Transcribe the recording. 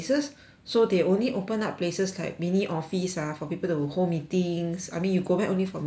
so they only open up places like mini office ah for people who hold meetings I mean you go back only for meetings